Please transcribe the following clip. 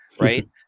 Right